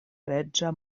reĝa